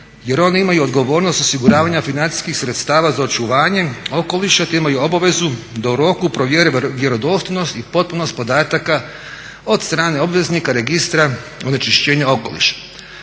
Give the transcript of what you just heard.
jer one imaju odgovornost osiguravanja financijskih sredstava za očuvanjem okoliša te imaju obavezu da u roku provjere vjerodostojnost i potpunost podataka od strane obveznika, registra onečišćenja okoliša.